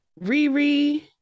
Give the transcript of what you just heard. Riri